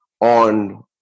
on